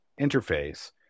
interface